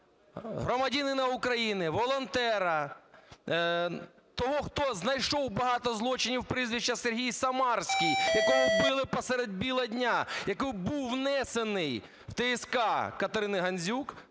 громадянина України, волонтера, того, хто знайшов багато злочинів (прізвище Сергій Самарський), якого вбили посеред білого дня, який був внесений в ТСК Катерини Гандзюк,